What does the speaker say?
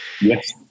Yes